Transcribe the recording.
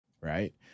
right